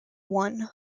won